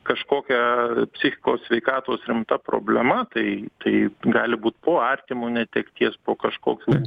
kažkokia psichikos sveikatos rimta problema tai tai gali būt po artimo netekties po kažkokių